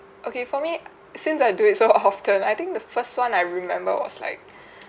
okay for me since I do it so often I think the first one I remember was like